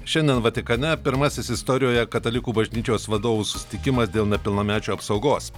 šiandien vatikane pirmasis istorijoje katalikų bažnyčios vadovų susitikimas dėl nepilnamečių apsaugos